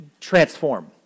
transform